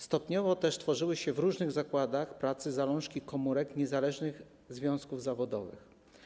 Stopniowo też tworzyły się w różnych zakładach pracy zalążki komórek niezależnych związków zawodowych.